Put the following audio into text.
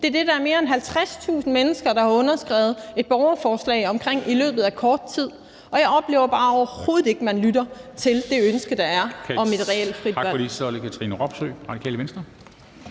det er det, der får er mere end 50.000 mennesker til at skrive under på et borgerforslag i løbet af kort tid, og jeg oplever bare overhovedet ikke, at man lytter til det ønske, der er, om et reelt frit valg.